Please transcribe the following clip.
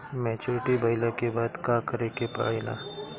Maturity भईला के बाद का करे के पड़ेला?